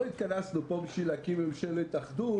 לא התכנסנו פה בשביל להקים ממשלת אחדות,